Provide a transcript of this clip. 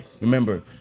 remember